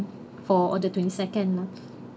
for the twenty second you know